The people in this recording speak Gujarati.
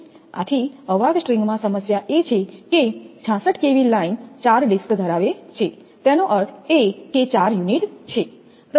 આથી અવાહક સ્ટ્રિંગમાં સમસ્યા એ છે કે 66 kV લાઇન ચાર ડિસ્ક ધરાવે છેતેનો અર્થ એ કે ચાર યુનિટ છે